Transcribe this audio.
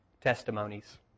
testimonies